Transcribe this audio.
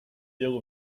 deal